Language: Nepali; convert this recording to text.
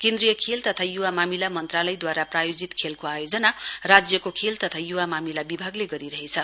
केन्द्रीय खेल तथा यूवा मामिला मन्त्रालयद्वारा प्रायोजित खेलको आयोजना राज्यको खेल तथा य्वा मामिला विभागले गरिरहेछ